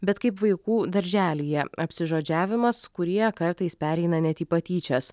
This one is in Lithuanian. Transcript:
bet kaip vaikų darželyje apsižodžiavimas kurie kartais pereina net į patyčias